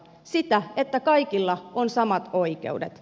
sitä että kaikilla on samat oikeudet